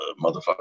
motherfucker